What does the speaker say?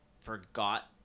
forgot